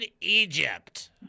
Egypt